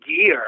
gear